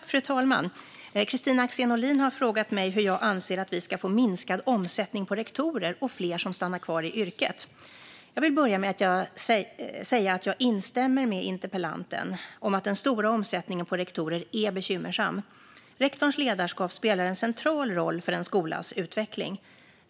Fru talman! Kristina Axén Olin har frågat mig hur jag anser att vi ska få minskad omsättning på rektorer och fler som stannar kvar i yrket. Jag vill börja med att säga att jag instämmer med interpellanten i att den stora omsättningen på rektorer är bekymmersam. Rektorns ledarskap spelar en central roll för en skolas utveckling.